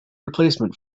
replacement